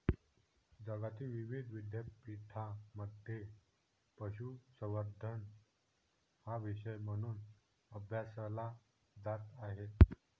जगातील विविध विद्यापीठांमध्ये पशुसंवर्धन हा विषय म्हणून अभ्यासला जात आहे